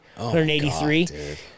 183